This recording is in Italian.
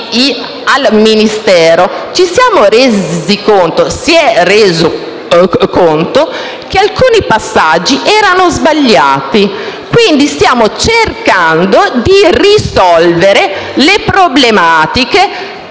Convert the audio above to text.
al Ministero, si è reso conto che alcuni passaggi erano sbagliati. Quindi, stiamo cercando di risolvere le problematiche